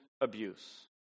abuse